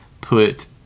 put